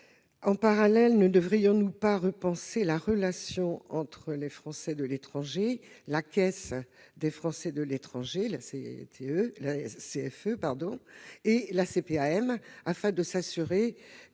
En parallèle, ne devrions-nous pas repenser la relation entre les Français de l'étranger, la Caisse des Français de l'étranger, la CFE, et la caisse primaire